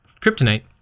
kryptonite